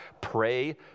Pray